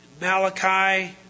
Malachi